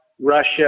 Russia